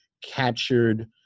captured